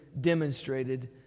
demonstrated